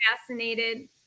fascinated